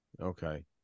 Okay